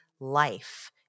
Life